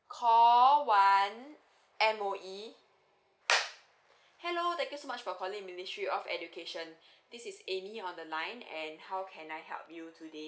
call one M_O_E hello thank you so much for calling ministry of education this is amy on the line and how can I help you today